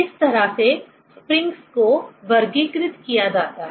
इस तरह से स्प्रिंग्स को वर्गीकृत किया जाता है